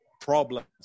problems